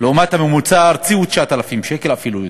לעומת הממוצע הארצי, שהוא 9,000 שקל, אפילו יותר.